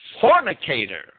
fornicator